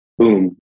boom